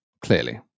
clearly